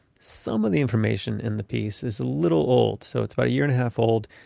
some of the information in the piece is a little old so it's about a year and a half old.